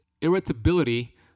irritability